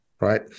right